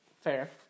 Fair